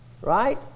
right